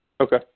Okay